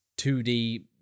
2D